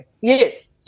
Yes